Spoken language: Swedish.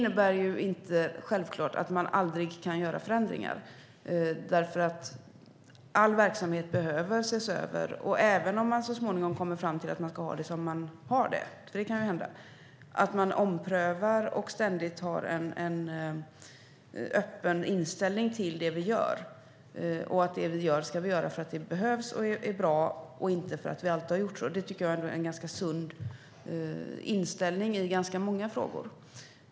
Detta innebär självklart inte att man aldrig kan göra förändringar. All verksamhet behöver ses över. Även om man så småningom kommer fram till att man ska ha det som man har det - det kan ju hända - handlar det om att man omprövar och ständigt har en öppen inställning till det man gör. Och det vi gör ska vi göra för att det behövs och är bra och inte för att vi alltid har gjort så. Det tycker jag är en ganska sund inställning i ganska många frågor.